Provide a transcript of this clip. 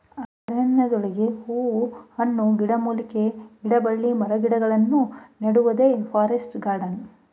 ಅರಣ್ಯದೊಳಗೆ ಹೂ ಹಣ್ಣು, ಗಿಡಮೂಲಿಕೆ, ಗಿಡಬಳ್ಳಿ ಮರಗಿಡಗಳನ್ನು ನೆಡುವುದೇ ಫಾರೆಸ್ಟ್ ಗಾರ್ಡನ್